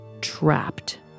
trapped